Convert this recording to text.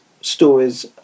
stories